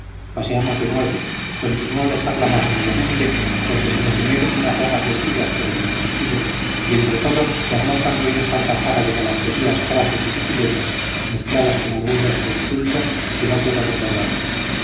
paseamos de nuevo continuó la charla más vivamente porque se nos unieron unas damas vestidas por el mismo estilo y entre todos se armó tan ruidosa algazara de galanterías frases y sutilezas mezcladas con algún verso insulso que no puedo recordarlas